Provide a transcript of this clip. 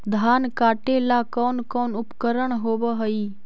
धान काटेला कौन कौन उपकरण होव हइ?